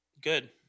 Good